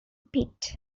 pitt